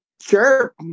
sure